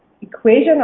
equation